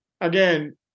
again